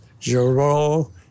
Giraud